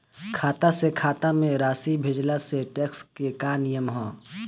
खाता से खाता में राशि भेजला से टेक्स के का नियम ह?